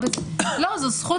זאת זכות